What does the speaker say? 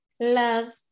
love